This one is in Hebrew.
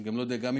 אני לא יודע,